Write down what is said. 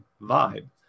vibe